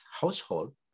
household